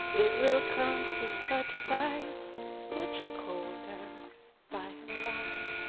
it will come to such sights much colder by and by,